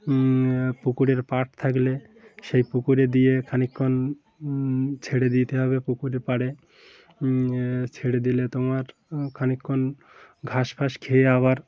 পুকুরের পাড় থাকলে সেই পুকুরে দিয়ে খানিকক্ষণ ছেড়ে দিতে হবে পুকুরের পাড়ে ছেড়ে দিলে তোমার খানিকক্ষণ ঘাস ফাস খেয়ে আবার